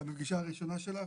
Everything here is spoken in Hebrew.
בפגישה הראשונה שלך.